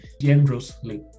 generously